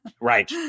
Right